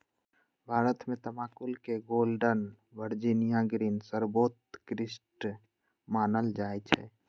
भारत में तमाकुल के गोल्डन वर्जिनियां ग्रीन सर्वोत्कृष्ट मानल जाइ छइ